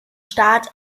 staat